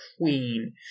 queen